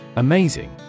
Amazing